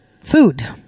food